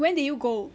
when did you go